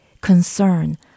concern